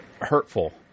hurtful